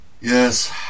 Yes